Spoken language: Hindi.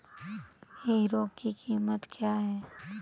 हीरो की कीमत क्या है?